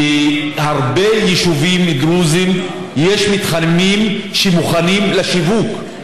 בהרבה יישובים דרוזיים יש מתחמים שמוכנים לשיווק.